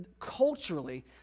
Culturally